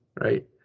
right